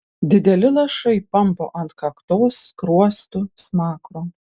dideli lašai pampo ant kaktos skruostų smakro